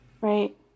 Right